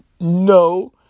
No